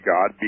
God